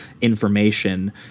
information